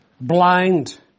blind